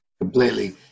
completely